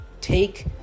take